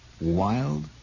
wild